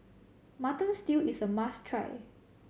Mutton Stew is a must try